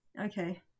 okay